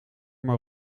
maar